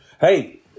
Hey